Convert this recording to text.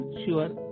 sure